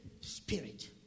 Spirit